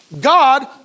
God